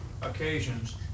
occasions